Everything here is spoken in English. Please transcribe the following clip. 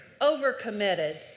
overcommitted